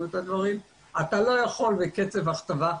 את הדברים אתה לא יכול בקצב הכתבה.